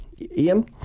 Ian